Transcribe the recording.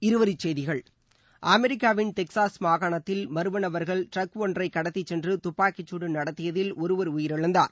இருவரிச்செய்திகள் அமெரிக்காவின் டெக்சாஸ் மாகாணத்தில் மர்ம நபர்கள் ட்ரக் ஒன்றை கடத்திச் சென்று துப்பாக்கிச்சூடு நடத்தியதில் ஒருவர் உயிரிழந்தார்